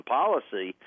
policy